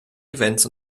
events